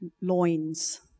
loins